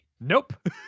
Nope